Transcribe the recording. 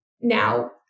now